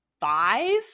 five